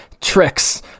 tricks